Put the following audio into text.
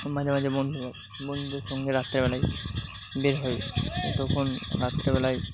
মাঝে মাঝে বন্ধু বন্ধুদের সঙ্গে রাত্রেবেলায় বের হই তখন রাত্রেবেলায়